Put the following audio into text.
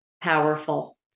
Powerful